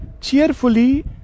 Cheerfully